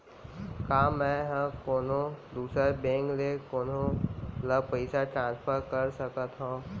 का मै हा कोनहो दुसर बैंक ले कोनहो ला पईसा ट्रांसफर कर सकत हव?